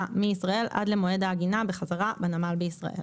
מישראל עד למועד העגינה בחזרה בנמל בישראל,